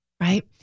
right